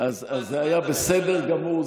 אז זה היה בסדר גמור.